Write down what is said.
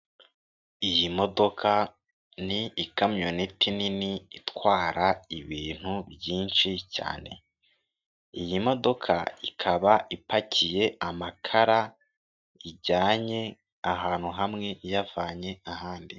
Iyi modoka ni ikamyoneti nini itwara ibintu byinshi cyane, iyi modoka ikaba ipakiye amakara ijyanye ahantu hamwe iyavanye ahandi.